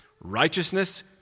Righteousness